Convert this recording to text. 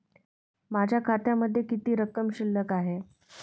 माझ्या खात्यामध्ये किती रक्कम शिल्लक आहे?